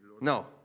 No